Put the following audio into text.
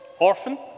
orphan